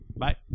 Bye